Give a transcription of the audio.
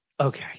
okay